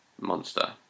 monster